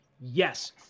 yes